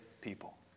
people